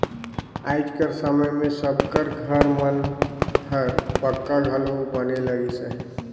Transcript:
आएज कर समे मे सब कर घर मन हर पक्का घलो बने लगिस अहे